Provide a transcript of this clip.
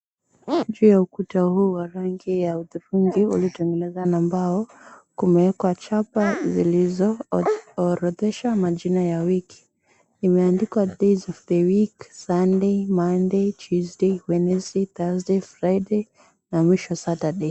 Juu ya ukuta huu wa rangi hudhurungi, uliotengeneza na mbao kumewekwa chapa zilizoorodhesha majina ya wiki. Imeandikwa, Days of the Week: Sunday, Monday, Tuesday, Wednesday, Thursday, Friday na mwisho, Saturday.